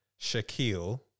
Shaquille